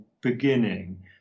beginning